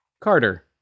Carter